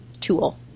tool